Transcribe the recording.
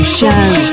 Show